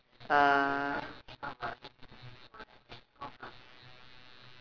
uh